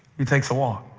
he takes a walk.